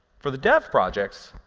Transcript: for the dev projects,